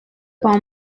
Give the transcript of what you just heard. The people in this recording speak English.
balm